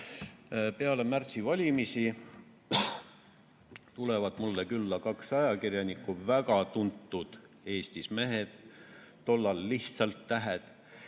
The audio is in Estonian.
peale märtsivalimisi tulid mulle külla kaks ajakirjanikku, väga tuntud mehed Eestis, tollal lihtsalt tähed,